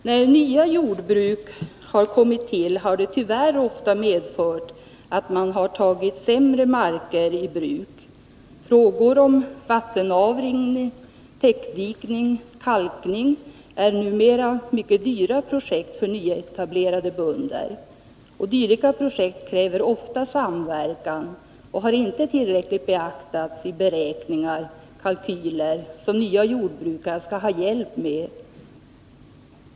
Herr talman! När nya jordbruk kommit till, har det tyvärr ofta medfört att man tagit sämre marker i bruk. Vattenavrinning, täckdikning och kalkning innebär numera mycket dyra projekt för nyetablerade. Dylika projekt kräver ofta samverkan och har inte tillräckligt beaktats vid beräkningar och kalkyler som nya jordbrukare skall ha hjälp med.